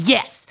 Yes